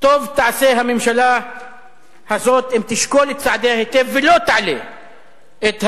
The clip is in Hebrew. טוב תעשה הממשלה הזאת אם תשקול את צעדיה היטב ולא תעלה את המחירים,